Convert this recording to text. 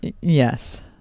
yes